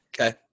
Okay